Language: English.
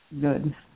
Good